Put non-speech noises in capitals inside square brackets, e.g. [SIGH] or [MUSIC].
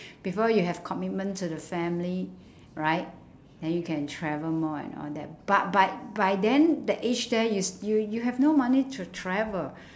[BREATH] before you have commitment to the family [BREATH] right then you can travel more and all that but but by then the age there you s~ you you have no money to travel [BREATH]